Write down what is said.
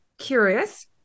Curious